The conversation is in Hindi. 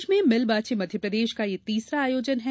प्रदेश में मिल बाँचें मध्यप्रदेश का यह तीसरा आयोजन है